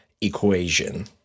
equation